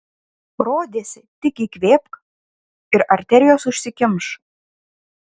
rodėsi tik įkvėpk ir arterijos užsikimš